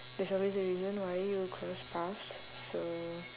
there's always a reason why you will cross paths so